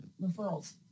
referrals